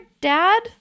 dad